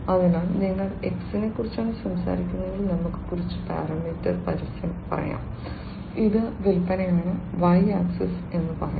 അതിനാൽ നിങ്ങൾ X നെക്കുറിച്ചാണ് സംസാരിക്കുന്നതെങ്കിൽ നമുക്ക് കുറച്ച് പരാമീറ്റർ പരസ്യം പറയാം ഇത് വിൽപ്പനയാണ് Y ആക്സിസ് എന്ന് പറയാം